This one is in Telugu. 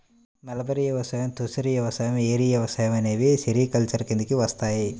మల్బరీ వ్యవసాయం, తుసర్ వ్యవసాయం, ఏరి వ్యవసాయం అనేవి సెరికల్చర్ కిందికి వస్తాయి